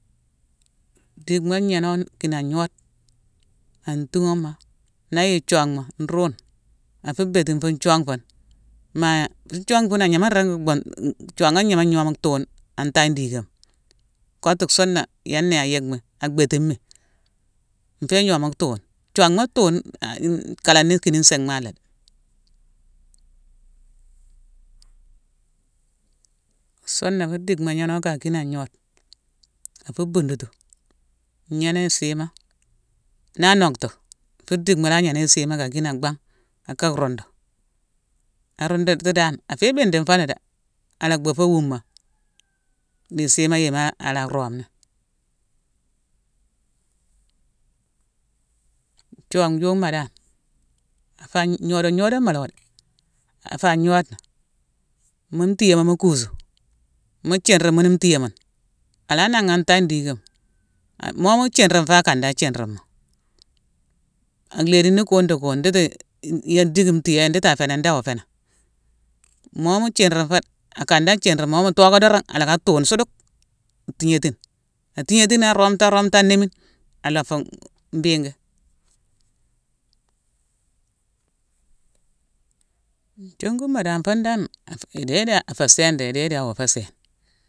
Dickma gnéno kiina ngnode, an tunghama. Na ayeye thionghma nruwune, afu bhettine fune thionghma. Maa, fun thionghma agna ringi-bunt, thionghma gnama gnome tuwune an tagne digama. Kottu soonna, yen né ayick mi, abhettimi, nfé gnome tuwune. Thionghma tuwune a-hum kalani kini nsim malé. Soonna fu dickma gnéno ka kina ngnode, fu bundutu, gnéné isima. Na nockto, fu dickma la gnéné isima akina bangh, kakaa rundu. Arundutu dan, afé bindi foni dé, ala beufo wuma, di isima yéma ala rom ni. Thiongjum ma dan, fa-gn gnodone-gnodone ma lawo dé. Affa gnode, mu ntiyama mu kuusu, mu thinrine mune ntiyémune, ala naghan ghan tangndigama-a-momu thinrine fo, akan dan thinrine mo. Alhédini kun di kun nditi yé dicki ntiyé yeme nditi afénan, ndao fénan. Mo mu thinrine akan dan thinrin mo. Mo mu tocké dorongh, alacka tuune sudeuk, thignétine. A tignitine na romtu-a-romtu anémine aloo fu mbingi. Nthionguma dan, fun dan idé idi afé séne, idé idi awa fé séne.